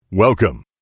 Welcome